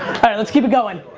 let's keep it going.